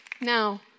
Now